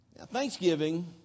Thanksgiving